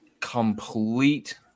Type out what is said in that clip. complete